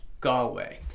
Galway